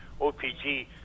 OPG